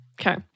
Okay